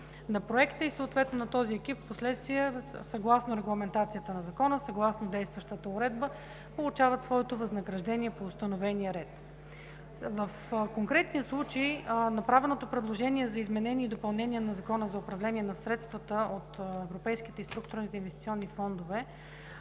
на проекта и този екип съгласно регламентацията на Закона, съгласно действащата уредба получава своето възнаграждение по установения ред. В конкретния случай с направеното предложение за изменение и допълнение на Закона за управление на средствата от европейските и структурните инвестиционни фондове,